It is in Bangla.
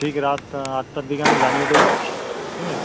ঠিক রাত আটটার দিকে আমি জানিয়ে দেব ঠিক আছে